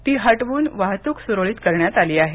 ती हटवून वाहतूक सुरळीत करण्यात आली आहे